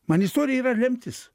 man istorija yra lemtis